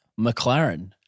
McLaren